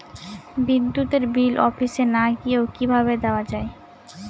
বিদ্যুতের বিল অফিসে না গিয়েও কিভাবে দেওয়া য়ায়?